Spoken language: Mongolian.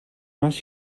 маш